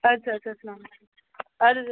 اچھا اچھا السلام علیکُم ادٕ حظ